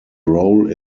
role